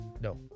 No